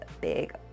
big